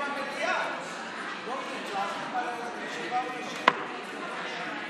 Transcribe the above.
לכבד את חברת הכנסת פרומן.